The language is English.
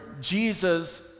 Jesus